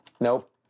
Nope